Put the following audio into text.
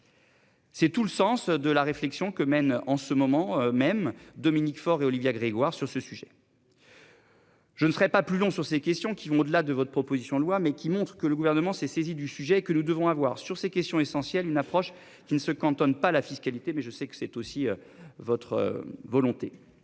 C'est tout le sens de la réflexion que mène en ce moment même. Dominique Faure et Olivia Grégoire sur ce sujet. Je ne serai pas plus long sur ces questions qui vont au-delà de votre proposition de loi, mais qui montre que le gouvernement s'est saisi du sujet que nous devons avoir sur ces questions essentielles, une approche qui ne se cantonne pas la fiscalité mais je sais que c'est aussi votre volonté.